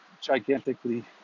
gigantically